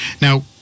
Now